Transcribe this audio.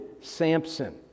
Samson